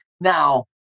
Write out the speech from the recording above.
Now